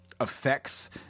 effects